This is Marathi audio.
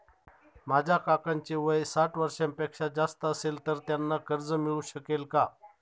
माझ्या काकांचे वय साठ वर्षांपेक्षा जास्त असेल तर त्यांना कर्ज मिळू शकेल का?